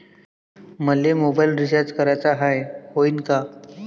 मले mobile recharge कराचा हाय, होईनं का?